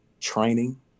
training